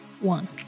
one